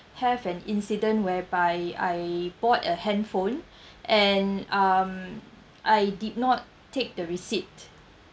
have an incident whereby I bought a handphone and um I did not take the receipt